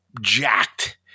jacked